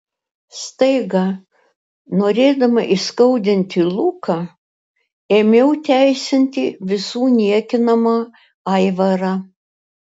staiga norėdama įskaudinti luką ėmiau teisinti visų niekinamą aivarą